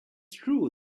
true